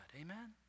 Amen